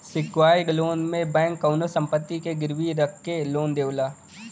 secured loan में bank कउनो संपत्ति के गिरवी रखके लोन देवला